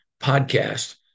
podcast